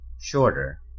shorter